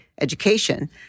education